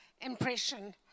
impression